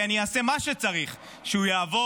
אני אעשה מה שצריך כדי שהוא יעבור,